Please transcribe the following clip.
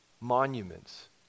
monuments